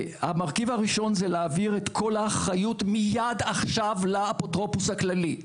זה להעביר את כל האחריות מייד עכשיו לאפוטרופוס הכללי.